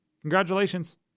Congratulations